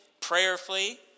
prayerfully